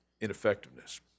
ineffectiveness